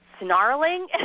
snarling